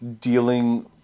dealing